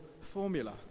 formula